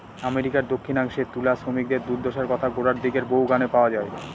আমেরিকার দক্ষিনাংশে তুলা শ্রমিকদের দূর্দশার কথা গোড়ার দিকের বহু গানে পাওয়া যায়